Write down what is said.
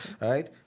right